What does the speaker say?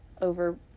over